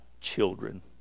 children